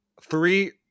three